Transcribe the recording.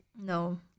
No